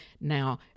Now